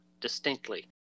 distinctly